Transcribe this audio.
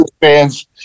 fans